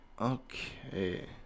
Okay